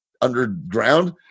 Underground